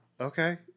Okay